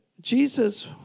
Jesus